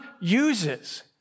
uses